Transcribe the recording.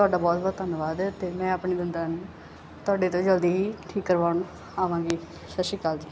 ਤੁਹਾਡਾ ਬਹੁਤ ਬਹੁਤ ਧੰਨਵਾਦ ਹੈ ਅਤੇ ਮੈਂ ਆਪਣੇ ਦੰਦਾਂ ਤੁਹਾਡੇ ਤੋਂ ਜਲਦੀ ਹੀ ਠੀਕ ਕਰਵਾਉਣ ਆਵਾਂਗੀ ਸਤਿ ਸ਼੍ਰੀ ਅਕਾਲ ਜੀ